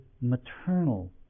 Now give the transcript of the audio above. maternal